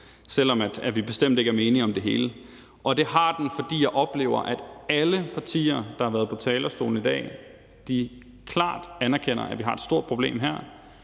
selv om vi bestemt ikke er enige om det hele. Det har den, fordi jeg oplever, at alle partier, der har været på talerstolen i dag, klart anerkender, at vi har et stort problem her.